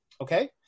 Okay